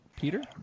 Peter